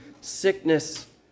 sickness